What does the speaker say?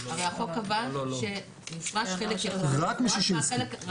רק משישינסקי.